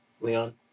Leon